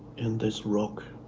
in this rock